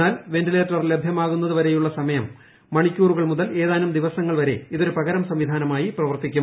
എന്നാൽ വെന്റിലേറ്റർ ലഭ്യമാകുന്നത് വരെയുള്ള സമയം മണിക്കൂറുകൾ മുതൽ ഏതാനും ദിവസങ്ങൾ വരെ ഇതൊരു പകരം സംവിധാനമായി പ്രവർത്തിക്കും